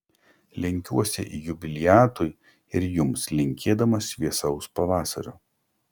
lenkiuosi jubiliatui ir jums linkėdamas šviesaus pavasario